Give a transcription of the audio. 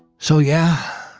so yeah,